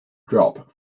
drop